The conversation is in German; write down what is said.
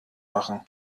machen